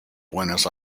buenos